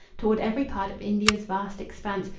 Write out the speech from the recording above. toward every part of india's vast expanse,